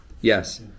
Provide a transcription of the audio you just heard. yes